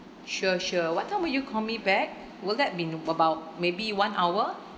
sure sure what time will you call me back will that be about maybe one hour